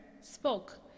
spoke